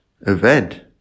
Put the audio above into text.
event